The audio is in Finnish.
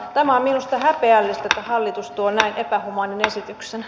tämä on minusta häpeällistä että hallitus tuo näin epähumaanin esityksen